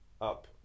up